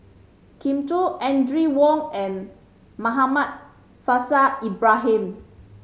Kin Chui Audrey Wong and Muhammad Faishal Ibrahim